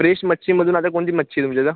fresh मच्छीमधून आता कोणती मच्छी आहे तुमच्या इथं